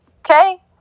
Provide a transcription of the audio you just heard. Okay